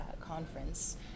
Conference